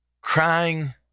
crying